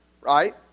right